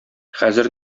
хәзер